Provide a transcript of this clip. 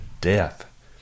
death